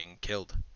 killed